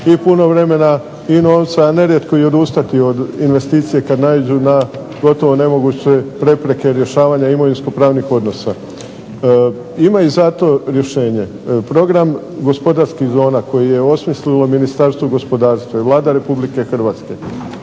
i puno vremena i novca, a nerijetko i odustati od investicije kad naiđu na gotovo nemoguće prepreke rješavanja imovinsko-pravnih odnosa. Ima i za to rješenje. Program gospodarskih zona koji je osmislilo Ministarstvo gospodarstva i Vlada Republike Hrvatske